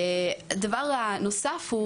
הדבר הנוסף,